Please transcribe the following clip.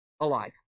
Alive